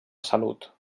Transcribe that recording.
salut